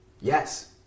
yes